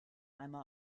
einmal